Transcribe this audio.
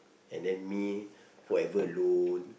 and then me forever alone